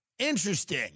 Interesting